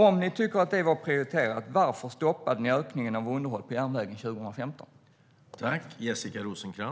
Om ni tycker att det var prioriterat, varför stoppade ni då ökningen av underhållet av järnvägen 2015?